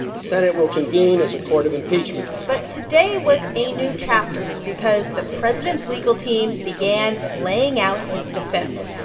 the senate will convene as a court of impeachment but today was a new chapter because the president's legal team began laying out his defense.